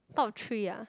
top three ah